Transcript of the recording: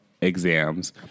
exams